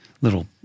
little